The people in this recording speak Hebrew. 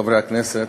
חברי הכנסת,